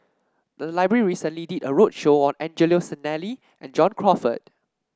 the library recently did a roadshow on Angelo Sanelli and John Crawfurd